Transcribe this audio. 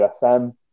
USM